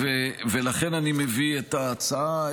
ולכן אני מביא את ההצעה.